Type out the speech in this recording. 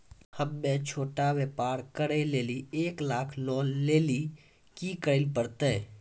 हम्मय छोटा व्यापार करे लेली एक लाख लोन लेली की करे परतै?